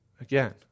Again